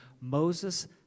Moses